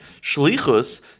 Shlichus